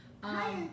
Hi